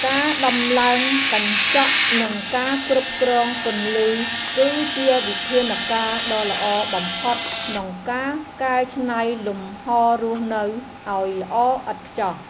ការដំឡើងកញ្ចក់និងការគ្រប់គ្រងពន្លឺគឺជាវិធានការណ៍ដ៏ល្អបំផុតក្នុងការកែច្នៃលំហររស់នៅឱ្យល្អឥតខ្ចោះ។